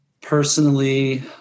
personally